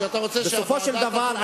בסופו של דבר,